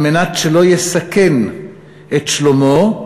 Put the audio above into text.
כדי שלא יסכן את שלומו,